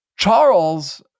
Charles